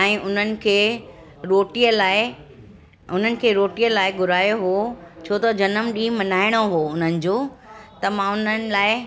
ऐं उन्हनि खे रोटीअ लाइ उन्हनि खे रोटीअ लाइ घुरायो हुओ छो त ॼनमु ॾींहुं मल्हाइणो हुओ उन्हनि जो त मां उन्हनि लाइ